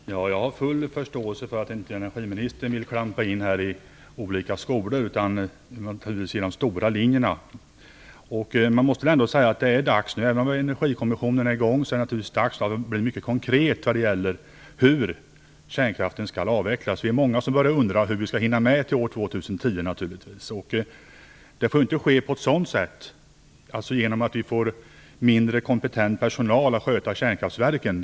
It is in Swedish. Fru talman! Jag har full förståelse för att energiministern inte vill klampa in på olika skolors områden utan att han naturligtvis vill ge de stora linjerna. Även om Energikommissionen har satts i gång är det naturligtvis dags att man blir mycket konkret när det gäller hur kärnkraften skall avvecklas. Vi är många som undrar hur man skall hinna med detta till år 2010. En avveckling får inte ske på ett sådant sätt att personalen som kommer att sköta kärnkraftverken blir mindre kompetent.